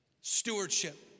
Stewardship